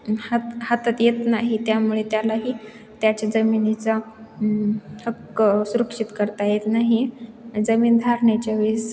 हात हातात येत नाही त्यामुळे त्यालाही त्याच्या जमिनीचा हक्क सुरक्षित करता येत नाही जमीनधारणेच्या वेळेस